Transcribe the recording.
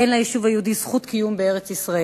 אין ליישוב היהודי זכות קיום בארץ-ישראל.